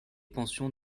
pensions